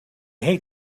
hate